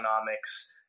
economics